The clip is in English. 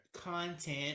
content